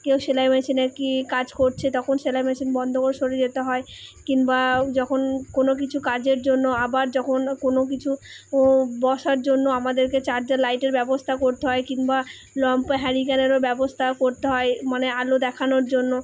কেউ সেলাই মেশিনে কি কাজ করছে তখন সেলাই মেশিন বন্ধ করে সরে যেতে হয় কিংবা যখন কোনো কিছু কাজের জন্য আবার যখন কোনো কিছু বসার জন্য আমাদেরকে চার্জার লাইটার ব্যবস্থা করতে হয় কিংবা লম্ফ হ্যারিকেনেরও ব্যবস্থা করতে হয় মানে আলো দেখানোর জন্য